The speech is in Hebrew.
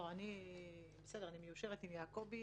אני מיושרת עם יעקבי